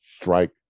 strike